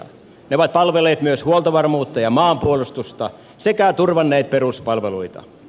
ne ovat palvelleet myös huoltovarmuutta ja maanpuolustusta sekä turvanneet peruspalveluita